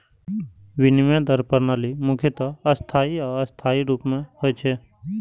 विनिमय दर प्रणाली मुख्यतः स्थायी आ अस्थायी रूप मे होइ छै